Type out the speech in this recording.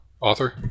author